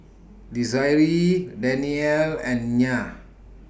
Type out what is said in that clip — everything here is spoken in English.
Desiree Danielle and Nyah